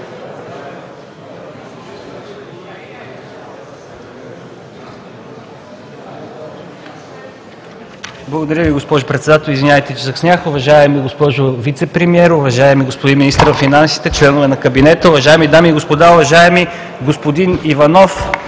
Благодаря Ви, госпожо Председател. Извинявайте, че закъснях. Уважаема госпожо Вицепремиер, уважаеми господин Министър на финансите, членове на кабинета, уважаеми дами и господа! Уважаеми господин Иванов,